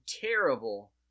terrible